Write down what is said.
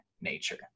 nature